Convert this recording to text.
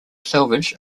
salvage